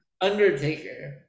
Undertaker